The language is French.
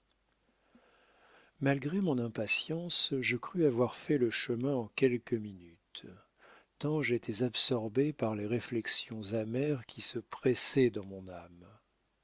malgré mon impatience je crus avoir fait le chemin en quelques minutes tant j'étais absorbé par les réflexions amères qui se pressaient dans mon âme